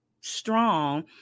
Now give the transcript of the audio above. strong